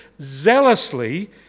zealously